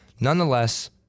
nonetheless